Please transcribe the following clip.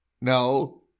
No